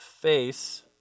Face